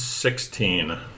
Sixteen